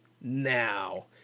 now